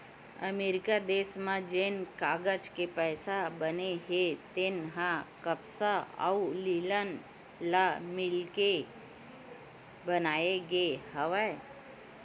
अमरिका देस म जेन कागज के पइसा बने हे तेन ह कपसा अउ लिनन ल मिलाके बनाए गे हवय